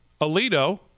Alito